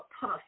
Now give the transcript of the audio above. puff